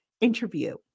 interview